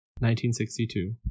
1962